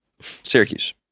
syracuse